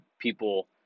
people